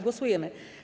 Głosujemy.